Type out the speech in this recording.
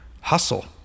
hustle